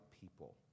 people